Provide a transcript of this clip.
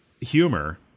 Humor